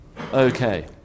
Okay